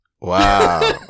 Wow